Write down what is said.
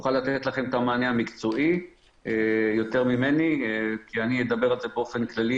תוכל לתת לכם את המענה המקצועי יותר ממני כי אני אדבר על זה באופן כללי,